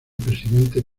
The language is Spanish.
presidente